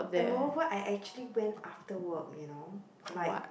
and moreover I actually went after work you know like